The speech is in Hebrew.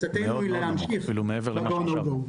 מאוד מאוד נמוך אפילו מעבר למה שעכשיו.